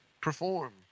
perform